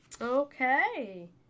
Okay